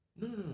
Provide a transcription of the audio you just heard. No